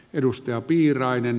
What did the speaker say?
edustaja piirainen